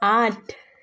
আঠ